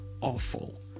awful